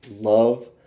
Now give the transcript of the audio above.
love